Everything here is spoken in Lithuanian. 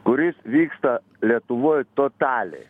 kuris vyksta lietuvoj totaliai